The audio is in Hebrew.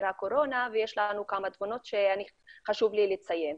הקורונה ויש לנו כמה תובנות שחשוב לי לציין.